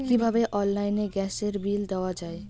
কিভাবে অনলাইনে গ্যাসের বিল দেওয়া যায়?